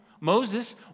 Moses